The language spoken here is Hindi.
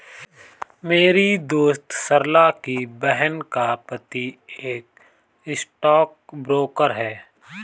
मेरी दोस्त सरला की बहन का पति एक स्टॉक ब्रोकर है